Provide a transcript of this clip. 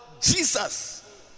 jesus